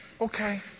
Okay